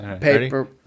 Paper